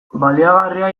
baliagarria